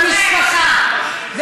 הן רוצות לקבל את מעמדן הראוי במשפחה.